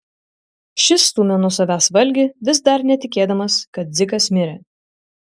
šis stūmė nuo savęs valgį vis dar netikėdamas kad dzikas mirė